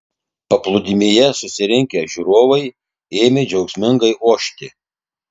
paplūdimyje susirinkę žiūrovai ėmė džiaugsmingai ošti